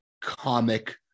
comic